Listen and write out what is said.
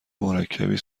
مرکبی